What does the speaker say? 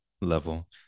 level